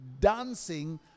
dancing